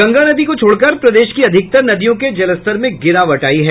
गंगा नदी को छोड़कर प्रदेश की अधिकतर नदियों के जलस्तर में गिरावट आयी है